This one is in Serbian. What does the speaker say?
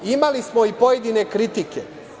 Imali smo i pojedine kritike.